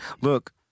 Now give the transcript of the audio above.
Look